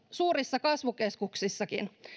suurissa kasvukeskuksissa